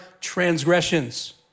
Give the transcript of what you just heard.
transgressions